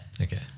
Okay